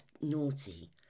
naughty